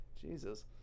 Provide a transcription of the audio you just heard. Jesus